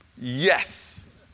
Yes